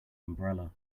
umbrella